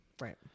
Right